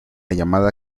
llamada